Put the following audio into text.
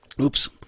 Oops